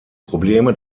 probleme